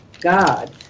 God